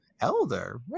Elder